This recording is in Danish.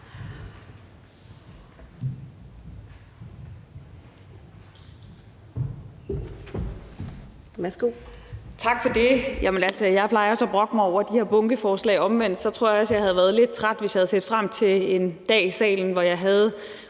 Tak for det. Altså, jeg plejer også at brokke mig over de her bunkeforslag. Omvendt tror jeg også, jeg havde været lidt træt, hvis jeg havde set frem til en dag i salen, hvor jeg havde